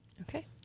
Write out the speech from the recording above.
Okay